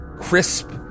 crisp